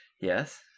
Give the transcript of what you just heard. Yes